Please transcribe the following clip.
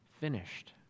finished